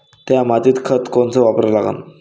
थ्या मातीत खतं कोनचे वापरा लागन?